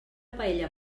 paella